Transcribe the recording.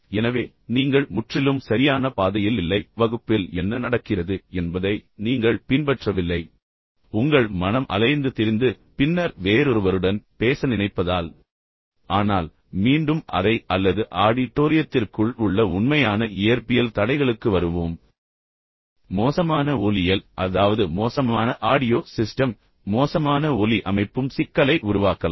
எனவே நீங்கள் முற்றிலும் சரியான பாதையில் இல்லை வகுப்பில் என்ன நடக்கிறது என்பதை நீங்கள் பின்பற்றவில்லை உங்கள் மனம் அலைந்து திரிந்து பின்னர் வேறொருவருடன் பேச நினைப்பதால் ஆனால் மீண்டும் அறை அல்லது ஆடிட்டோரியத்திற்குள் உள்ள உண்மையான இயற்பியல் தடைகளுக்கு வருவோம் மோசமான ஒலியியல் அதாவது மோசமான ஆடியோ சிஸ்டம் மோசமான ஒலி அமைப்பும் சிக்கலை உருவாக்கலாம்